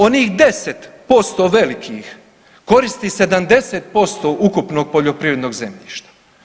Onih 10% velikih koristi 70% ukupnog poljoprivrednog zemljišta.